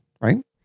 right